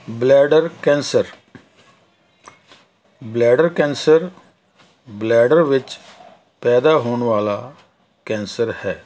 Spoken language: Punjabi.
bladder cancer bladder cancer bladder ਵਿੱਚ ਪੈਦਾ ਹੋਣ ਵਾਲਾ ਕੈਂਸਰ ਹੈ